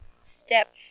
step